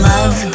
Love